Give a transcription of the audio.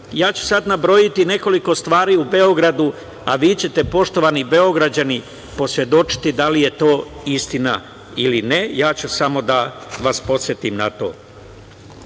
ću sad nabrojati nekoliko stvari u Beogradu, a vi ćete, poštovani Beograđani, posvedočiti da li je to istina ili ne, ja ću samo da vas podsetim na to.